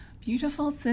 beautiful